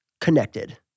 connected